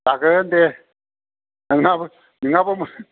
जागोन दे नोंहाबो नोंहाबो